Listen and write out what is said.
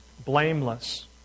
Blameless